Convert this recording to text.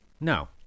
No